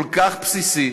כל כך בסיסי,